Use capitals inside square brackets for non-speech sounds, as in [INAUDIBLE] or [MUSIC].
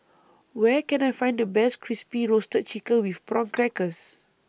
Where Can I Find The Best Crispy Roasted Chicken with Prawn Crackers [NOISE]